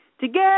Together